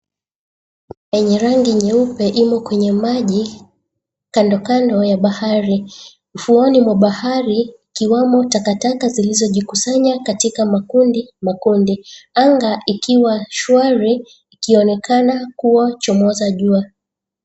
Yenye rangi nyeupe imo kwenye maji kandokando ya bahari. Ufuoni mwa bahari ikiwamo takataka zilizojikusanya katika makundi makundi. Anga ikiwa shwari ikionekana kuwa chomoza jua.